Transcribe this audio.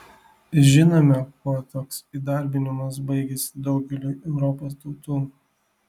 žinome kuo toks įdarbinimas baigėsi daugeliui europos tautų